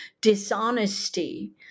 dishonesty